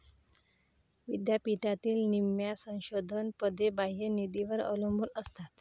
विद्यापीठातील निम्म्या संशोधन पदे बाह्य निधीवर अवलंबून असतात